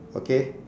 okay